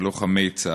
לוחמי צה"ל.